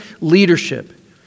leadership